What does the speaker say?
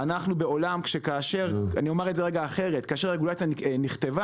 אני אומר את זה אחרת כאשר הרגולציה נכתבה